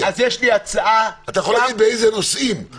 אתה יכול להגיד באיזה נושאים,